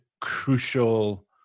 crucial